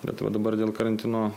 bet va dabar dėl karantino